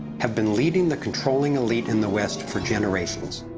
have been leading the controlling elite in the west for generations.